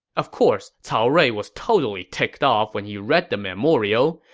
of course, cao rui was totally ticked off when he read the memorial,